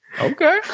Okay